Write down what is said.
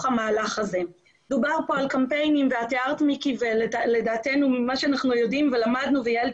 המהלך הזה הוא מקום מאוד מאוד משמעותי.